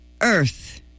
earth